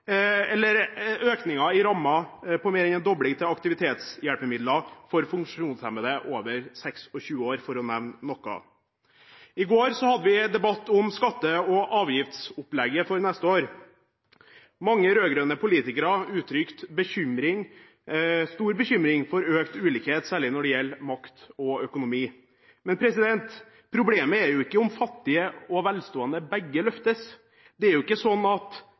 eller økningen i rammen på mer enn en dobling til aktivitetshjelpemidler for funksjonshemmede over 26 år – for å nevne noe. I går hadde vi debatt om skatte- og avgiftsopplegget for neste år. Mange rød-grønne politikere uttrykte stor bekymring for økt ulikhet særlig når det gjelder makt og økonomi. Men problemet er jo ikke om fattige og velstående begge løftes. Det er ikke sånn at